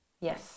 yes